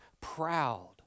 proud